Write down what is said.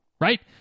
right